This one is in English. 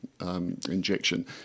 Injection